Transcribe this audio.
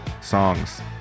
songs